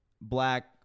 black